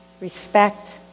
respect